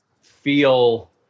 feel